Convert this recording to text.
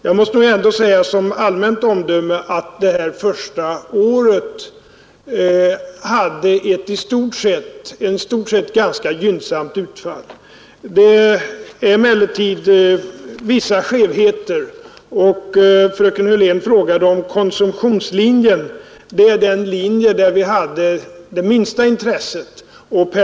Jag mäste ändå säga som allmänt omdöme att det här första året hade ett i stort sett gynnsamt utfall. Det finns emellertid vissa skevheter. Fröken Hörlén frågade om konsumtionslinjen, som är den linje där vi hade det minsta intresset.